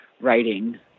writing